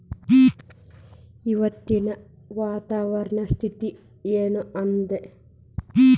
ಇವತ್ತಿನ ವಾತಾವರಣ ಸ್ಥಿತಿ ಏನ್ ಅದ?